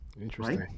interesting